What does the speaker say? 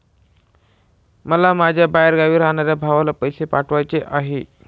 मला माझ्या बाहेरगावी राहणाऱ्या भावाला पैसे पाठवायचे आहे